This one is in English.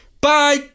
Bye